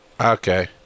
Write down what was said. Okay